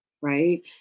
right